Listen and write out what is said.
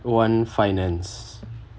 one finance